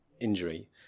injury